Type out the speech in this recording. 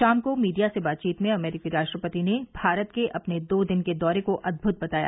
शाम को मीडिया से बातचीत में अमरीकी राष्ट्रपति ने भारत के अपने दो दिन के दौरे को अद्भुत बताया